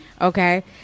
Okay